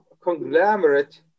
conglomerate